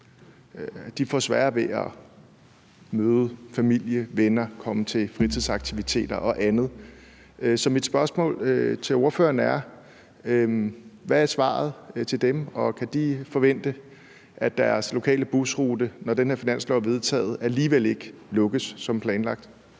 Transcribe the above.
de får sværere ved at møde familie og venner og komme til fritidsaktiviteter og andet. Så mit spørgsmål til ordføreren er: Hvad er svaret til dem? Og kan de forvente, når den her finanslov er vedtaget, at deres lokale busrute alligevel ikke lukkes som planlagt?